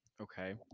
Okay